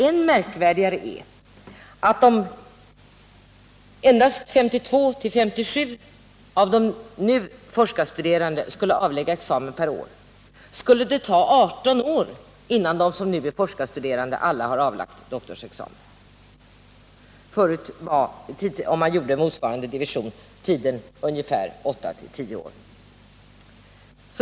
Än märkvärdigare är att om endast 52-57 per år av de nu forskarstuderande skulle avlägga examina skulle det ta 18 år innan alla de som nu är forskarstuderande har avlagt doktorsexamen. Förut var tiden — om man gör motsvarande beräkning — ungefär 8-10 år.